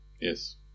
Yes